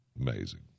Amazing